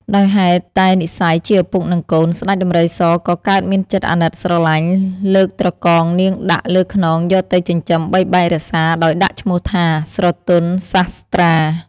ដោយហេតុតែនិស្ស័យ ជាឪពុក និងកូន ស្តេចដំរីសក៏កើតមានចិត្តអាណិតស្រលាញ់លើកត្រកងនាងដាក់ លើខ្នងយកទៅចិញ្ចឹមបីបាច់រក្សាដោយដាក់ឈ្មោះថា ស្រទន់សាស្ត្រា។